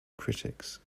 critics